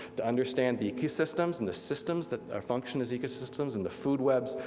to understand the ecosystems and the systems that function as ecosystems and the food webs,